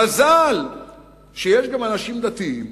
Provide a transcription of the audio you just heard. מזל שיש גם אנשים דתיים